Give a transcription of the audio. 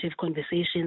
conversations